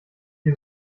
die